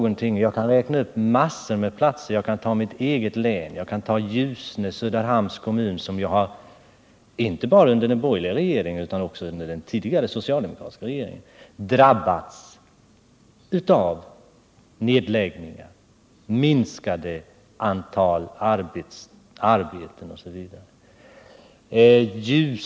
Och jag kan räkna upp en mängd platser i mitt eget län — exempelvis Ljusne i Söderhamns kommun — som inte bara under den borgerliga regeringen utan även under den tidigare socialdemokratiska regeringen drabbats av nedläggningar, minskat antal arbetstillfällen osv.